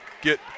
get